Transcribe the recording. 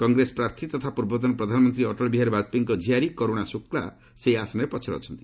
କଂଗ୍ରେସ ପ୍ରାର୍ଥୀ ତଥା ପୂର୍ବତନ ପ୍ରଧାନମନ୍ତ୍ରୀ ଅଟଳ ବିହାରୀ ବାଜପେୟୀଙ୍କ ଝିଆରୀ କରୁଣା ଶୁକ୍ଲା ସେହି ଆସନରେ ପଛରେ ଅଛନ୍ତି